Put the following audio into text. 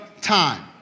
time